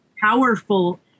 powerful